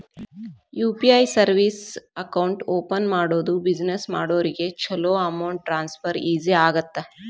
UPI service account open ಮಾಡೋದು business ಮಾಡೋರಿಗ ಚೊಲೋ ಅಮೌಂಟ್ ಟ್ರಾನ್ಸ್ಫರ್ ಈಜಿ ಆಗತ್ತ